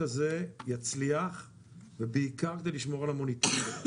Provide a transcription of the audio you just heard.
הזה יצליח ובעיקר כדי לשמור על המוניטין,